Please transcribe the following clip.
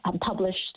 published